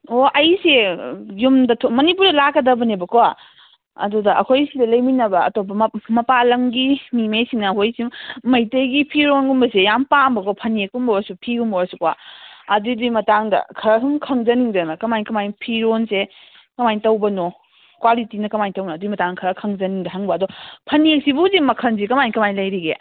ꯑꯣ ꯑꯩꯁꯤ ꯌꯨꯝꯗ ꯃꯅꯤꯄꯨꯔꯗ ꯂꯥꯛꯀꯗꯕꯅꯦꯕꯀꯣ ꯑꯗꯨꯗ ꯑꯩꯈꯣꯏ ꯁꯤꯗ ꯂꯩꯃꯤꯟꯅꯕ ꯑꯇꯣꯞꯄ ꯃꯄꯥꯟ ꯂꯝꯒꯤ ꯃꯤ ꯃꯩꯁꯤꯅ ꯑꯩꯈꯣꯏꯁꯤ ꯃꯩꯇꯩꯒꯤ ꯐꯤꯔꯣꯟꯒꯨꯝꯕꯁꯦ ꯌꯥꯝ ꯄꯥꯝꯕꯀꯣ ꯐꯅꯦꯛꯀꯨꯝꯕ ꯑꯣꯏꯔꯁꯨ ꯐꯤꯒꯨꯝꯕ ꯑꯣꯏꯔꯁꯨꯀꯣ ꯑꯗꯨꯒꯤ ꯃꯇꯥꯡꯗ ꯈꯔ ꯁꯨꯝ ꯈꯪꯖꯅꯤꯡꯗꯅ ꯀꯃꯥꯏ ꯀꯃꯥꯏꯅ ꯐꯤꯔꯣꯟꯁꯦ ꯀꯃꯥꯏꯅ ꯇꯧꯕꯅꯣ ꯀ꯭ꯋꯥꯂꯤꯇꯤꯅ ꯀꯃꯥꯏꯅ ꯇꯧꯕꯅꯣ ꯑꯗꯨꯒꯤ ꯃꯇꯥꯡꯗ ꯈꯔ ꯈꯪꯖꯅꯤꯡꯗꯅ ꯍꯪꯕ ꯑꯗꯣ ꯐꯅꯦꯛꯁꯤꯕꯨ ꯍꯧꯖꯤꯛ ꯃꯈꯟꯁꯤ ꯀꯃꯥꯏ ꯀꯃꯥꯏꯅ ꯂꯩꯔꯤꯒꯦ